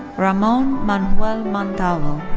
ramon manuel montalvo.